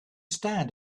stand